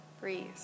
Breathe